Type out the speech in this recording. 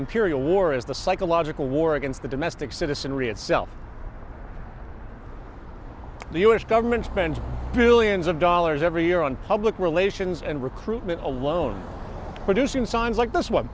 imperial war as the psychological war against the domestic citizenry itself the us government spends billions of dollars every year on public relations and recruitment alone producing signs like this one